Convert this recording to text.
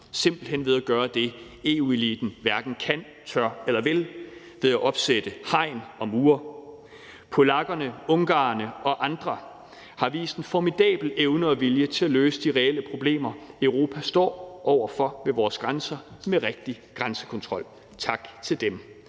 simpelt hen ved at gøre det, som EU-eliten hverken kan, tør eller vil – ved at opsætte hegn og mure. Polakkerne, ungarerne og andre har vist en formidabel evne og vilje til at løse de reelle problemer, Europa står over for ved vores grænser, med rigtig grænsekontrol. Tak til dem.